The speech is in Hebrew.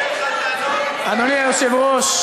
אדוני היושב-ראש,